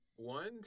One